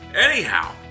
Anyhow